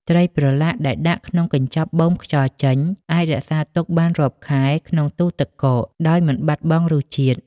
ត្រីប្រឡាក់ដែលដាក់ក្នុងកញ្ចប់បូមខ្យល់ចេញ អាចរក្សាទុកបានរាប់ខែក្នុងទូទឹកកកដោយមិនបាត់បង់រសជាតិ។